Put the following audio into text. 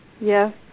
Yes